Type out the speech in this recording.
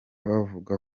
bavuga